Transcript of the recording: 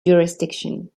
jurisdiction